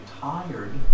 tired